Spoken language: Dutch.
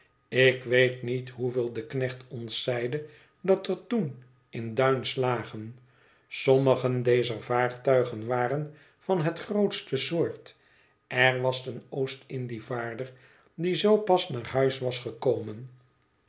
ik weet niet hoeveel de knecht ons zeide dat er toen in duins lagen sommigen dezer vaartuigen waren van het grootste soort er was een oostindievaarder die zoo pas naar huis was gekomen